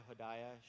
Hodiah